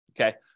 okay